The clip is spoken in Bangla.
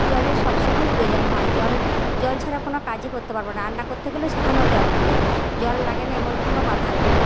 জলের সব সময় প্রয়োজন হয় জল জল ছাড়া কোনো কাজই করতে পারবো রান্না করতে গেলে সেখানেও জল লাগে জল লাগে না এমন কোনো কথা নয়